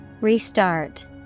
Restart